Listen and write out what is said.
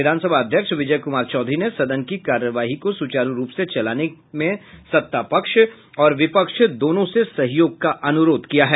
विधानसभा अध्यक्ष विजय कुमार चौधरी ने सदन की कार्यवाही को सुचारू रूप से चलाने में सत्तापक्ष और विपक्ष दोनों से सहयोग का अनुरोध किया है